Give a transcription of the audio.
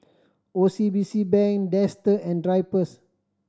O C B C Bank Dester and Drypers